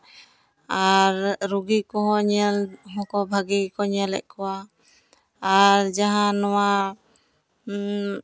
ᱟᱨ ᱨᱩᱜᱤ ᱠᱚᱦᱚᱸ ᱧᱮᱞ ᱦᱚᱸᱠᱚ ᱵᱷᱟᱜᱮ ᱜᱮᱠᱚ ᱧᱮᱞᱮᱫ ᱠᱚᱣᱟ ᱟᱨ ᱡᱟᱦᱟᱸ ᱱᱚᱣᱟ